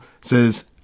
says